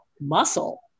muscle